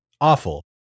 awful